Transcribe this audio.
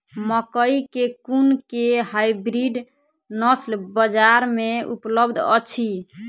मकई केँ कुन केँ हाइब्रिड नस्ल बजार मे उपलब्ध अछि?